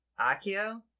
Akio